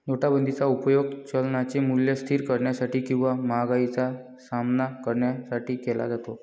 नोटाबंदीचा उपयोग चलनाचे मूल्य स्थिर करण्यासाठी किंवा महागाईचा सामना करण्यासाठी केला जातो